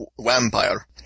vampire